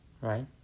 right